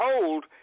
told